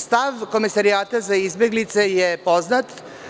Stav Komesarijata za izbeglice je poznat.